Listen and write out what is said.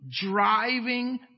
driving